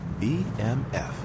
BMF